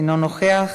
אינו נוכח.